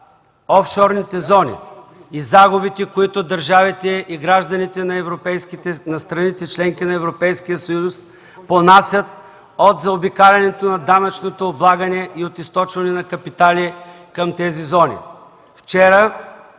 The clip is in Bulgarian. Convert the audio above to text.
офшорните зони и загубите, които държавите и гражданите на страните – членки на Европейския съюз понасят от заобикалянето на данъчното облагане и от източване на капитали към тези зони.